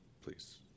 please